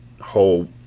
whole